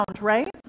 right